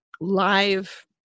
live